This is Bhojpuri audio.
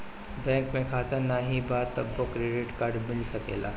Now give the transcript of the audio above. बैंक में खाता नाही बा तबो क्रेडिट कार्ड मिल सकेला?